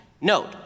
Note